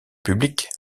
public